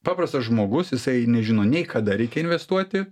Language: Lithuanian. paprastas žmogus jisai nežino nei kada reikia investuoti